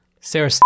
Sarah